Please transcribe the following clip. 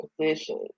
position